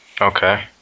okay